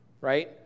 Right